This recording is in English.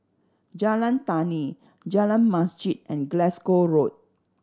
Jalan Tani Jalan Masjid and Glasgow Road